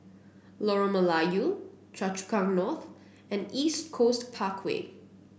Lorong Melayu Choa Chu Kang North and East Coast Parkway